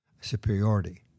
superiority